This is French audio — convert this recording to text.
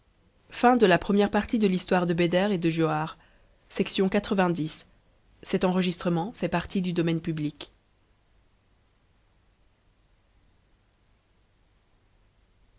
de l'intérêt de l'un et de